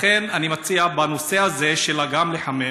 לכן, בנושא הזה של החימום